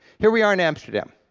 here we are in amsterdam.